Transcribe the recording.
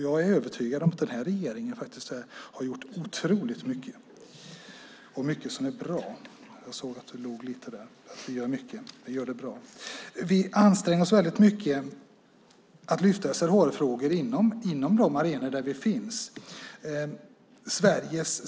Jag är övertygad om att den här regeringen har gjort otroligt mycket som är bra. Vi anstränger oss att lyfta SRHR-frågor inom de arenor där vi finns.